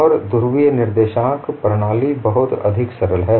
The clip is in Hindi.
और ध्रुवीय निर्देशांक प्रणाली बहुत अधिक सरल है